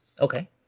okay